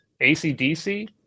ACDC